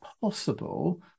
possible